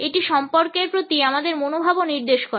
এটি সম্পর্কের প্রতি আমাদের মনোভাবও নির্দেশ করে